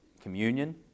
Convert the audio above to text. communion